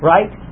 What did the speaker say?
Right